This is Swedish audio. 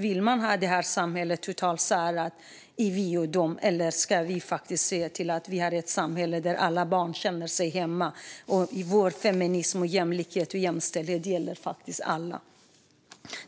Vill vi ha ett samhälle uppdelat i vi och dom, eller ska vi ha ett samhälle där alla barn känner sig hemma? Vår feminism, jämlikhet och jämställdhet gäller faktiskt alla.